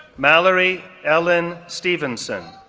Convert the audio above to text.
mallory ellen stephenson,